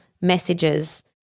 messages